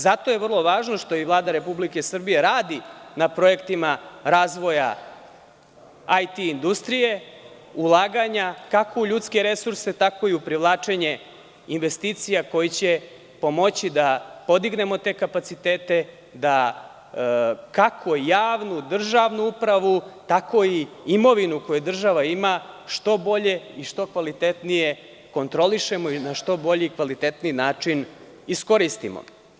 Zato je vrlo važno što Vlada Republike Srbije radi na projektima razvoja IT industrije, ulaganja kako u ljudske resurse, tako i u privlačenje investicija koje će pomoći da pomognemo te kapacitete, da kako javnu, državnu upravu, tako i imovinu koju država ima što bolje i što kvalitetnije kontrolišemo i na što bolji i kvalitetniji način iskoristimo.